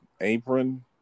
apron